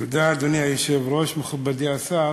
תודה, אדוני היושב-ראש, מכובדי השר,